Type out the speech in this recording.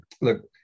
look